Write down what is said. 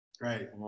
Right